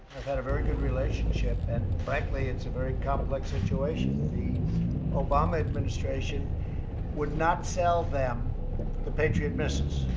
i've had a very good relationship. and, frankly, it's a very complex situation. the obama administration would not sell them the patriot missiles.